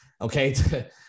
Okay